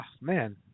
man